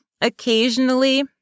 occasionally